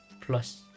plus